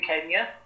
Kenya